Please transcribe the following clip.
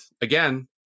again